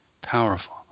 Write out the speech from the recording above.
powerful